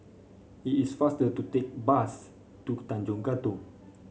it is faster to take bus to Tanjong Katong